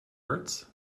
hurts